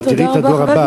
ואת תראי את הדור הבא,